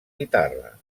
guitarra